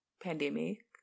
pandemic